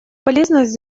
полезность